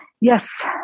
yes